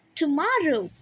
tomorrow